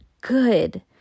good